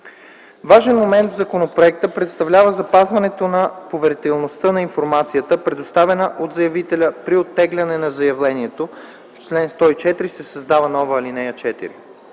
Важен момент в законопроекта представлява запазването на поверителността на информацията, предоставена от заявителя при оттегляне на заявлението (в чл. 104 се създава нова алинея 4).